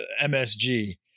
MSG